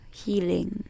healing